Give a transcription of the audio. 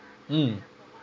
mm